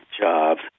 jobs